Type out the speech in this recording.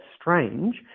strange